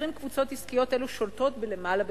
20 קבוצות עסקיות אלו שולטות בלמעלה ממחציתו.